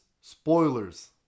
spoilers